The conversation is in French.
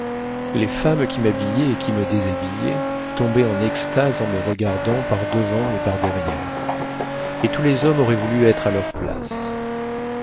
les femmes qui m'habillaient et qui me déshabillaient tombaient en extase en me regardant par-devant et par-derrière et tous les hommes auraient voulu être à leur place